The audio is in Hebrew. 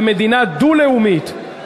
ומדינה דו-לאומית,